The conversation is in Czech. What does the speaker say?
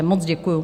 Moc děkuju.